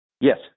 Yes